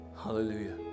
Hallelujah